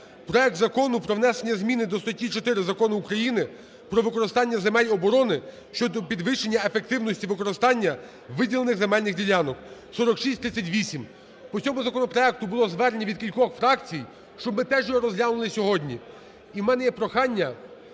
Проект Закону про внесення зміни до статті 4 Закону України "Про використання земель оборони" щодо підвищення ефективності використання виділених земельних ділянок (4638). По цьому законопроекту було звернення від кількох фракцій, щоб ми теж його розглянули сьогодні. І у мене є прохання